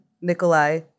Nikolai